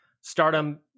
Stardom